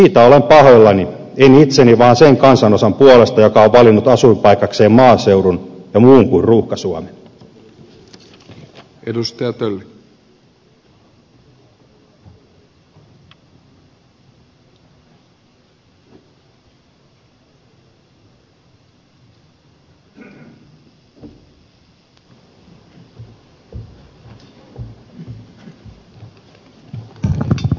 siitä olen pahoillani en itseni vaan sen kansanosan puolesta joka on valinnut asuinpaikakseen maaseudun ja muun kuin ruuhka suomen